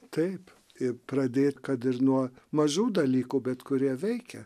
taip ir pradėt kad ir nuo mažų dalykų bet kurie veikia